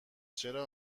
چرا